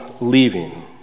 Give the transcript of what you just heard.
leaving